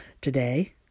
today